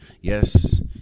Yes